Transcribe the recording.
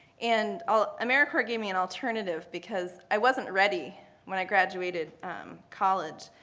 and ah americorps gave me an alternative, because i wasn't ready when i graduated college.